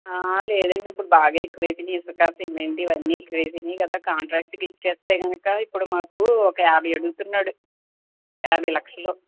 లేదండి ఇప్పుడు బాగా ఎక్కువ అయిపోయినాయి ఇసుక సిమెంట్ ఇవన్నీ ఎక్కువ అయిపోయినాయి కదా కాంట్రాక్ట్కి ఇస్తే కనుక ఇప్పుడు మాకు ఒక యాభై అడుగుతున్నాడు యాభై లక్షలు